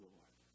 Lord